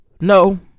no